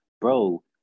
bro